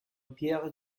pierre